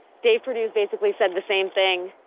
dave purdue basically said the same thing.